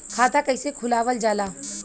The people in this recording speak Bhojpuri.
खाता कइसे खुलावल जाला?